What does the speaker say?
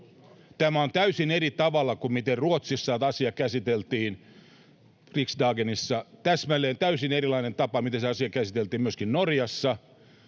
käsitelty täysin eri tavalla kuin miten Ruotsissa asia käsiteltiin riksdagenissa, ja myöskin täysin erilainen tapa, miten se asia käsiteltiin Norjassa.